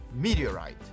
Meteorite